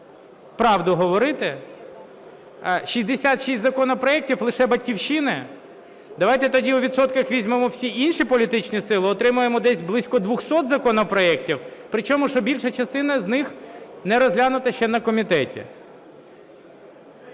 правду говорити. 66 законопроектів лише "Батьківщини"? Давайте тоді у відсотках візьмемо всі інші політичні сили, отримаємо десь близько 200 законопроектів? Причому, що більшу частину з них не розглянуто ще на комітеті.